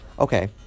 Okay